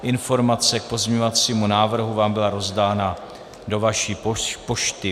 Informace k pozměňovacímu návrhu vám byla rozdána do vaší pošty.